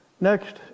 Next